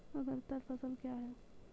अग्रतर फसल क्या हैं?